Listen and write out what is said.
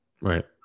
right